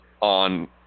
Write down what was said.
on –